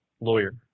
lawyer